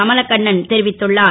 கமலகண்ணன் தெரிவித்துள்ளார்